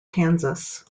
kansas